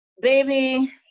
Baby